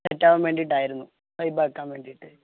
set ആവൻ വേണ്ടിയിട്ടായിരുന്നു വൈബാക്കാൻ വേണ്ടിയിട്ട്